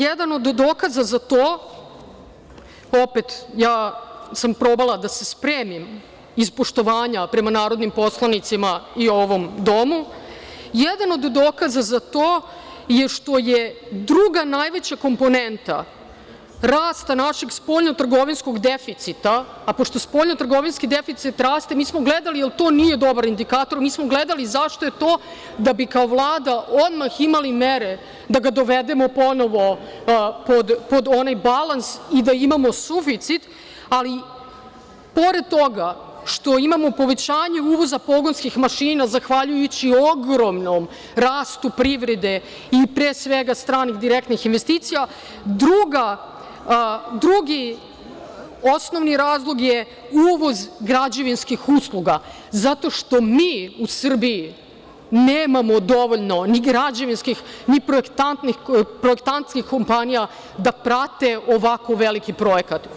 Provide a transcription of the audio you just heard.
Jedan od dokaza za to, opet, ja sam probala da se spremim iz poštovanja prema narodnim poslanicima i ovom domu, jedan od dokaza za to je što je druga najveća komponenta rasta našeg spoljno trgovinskog deficita, a pošto spoljno trgovinski deficit raste, mi smo gledali, ali to nije dobar indikator, mi smo gledali zašto je to, da bi kao Vlada odmah imali mere da ga dovedemo ponovo pod onaj balans i da imamo suficit, ali pored toga što imamo povećanje uvoza pogonskih mašina zahvaljujući ogromnom rastu privede i pre svega stranih direktnih investicija, drugi osnovni razlog je uvoz građevinskih usluga, zato što mi u Srbiji nemamo dovoljno ni građevinskih, ni projektantskih kompanija da prate ovako veliki projekat.